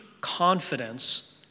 confidence